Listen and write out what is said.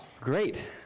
Great